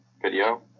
video